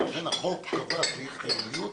ולכן, החוק קבע סעיף חיוניות